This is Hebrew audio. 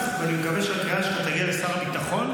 שמח, ואני מקווה שהקריאה שלך תגיע לשר הביטחון.